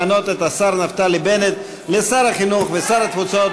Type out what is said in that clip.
למנות את השר נפתלי בנט לשר החינוך ושר התפוצות